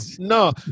no